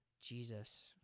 jesus